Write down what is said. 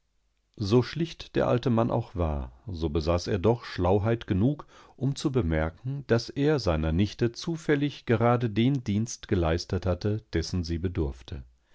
so schlicht der alte mann auch war so besaß er doch schlauheit genug um zu bemerken daß er seiner nichte zufällig gerade den dienst geleistet hatte dessen sie bedurfte